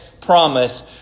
promise